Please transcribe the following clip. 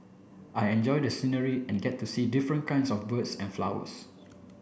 I enjoy the scenery and get to see different kinds of birds and flowers